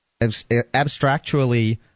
abstractually